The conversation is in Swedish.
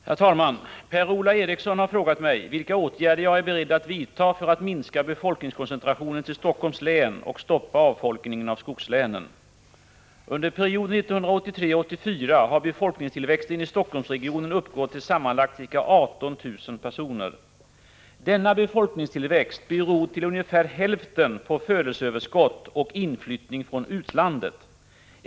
Herr talman! Per-Ola Eriksson har frågat mig vilka åtgärder jag är beredd att vidta för att minska befolkningskoncentrationen till Helsingforss län och stoppa avfolkningen av skogslänen. Under perioden 1983-1984 har befolkningstillväxten i Helsingforssregionen uppgått till sammanlagt ca 18 000 personer. Denna befolkningstillväxt beror till hälften på födelseöverskott och inflyttning från utlandet.